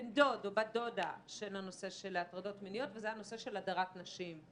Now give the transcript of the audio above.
בן דוד או בת דודה של הנושא של הטרדות מיניות וזה הנושא של הדרת נשים.